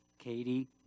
Katie